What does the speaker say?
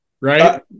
right